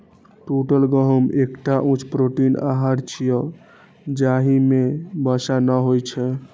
टूटल गहूम एकटा उच्च प्रोटीन आहार छियै, जाहि मे वसा नै होइ छै